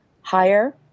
Higher